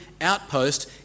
outpost